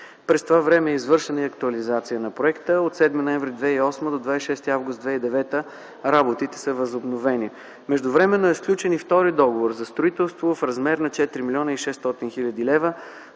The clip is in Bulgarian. През това време е извършена актуализация на проекта и от 7 ноември 2008 г. до 26 август 2009 г. работите са възобновени. Междувременно е сключен и втори договор за строителство в размер на 4 млн. 600 хил. лв.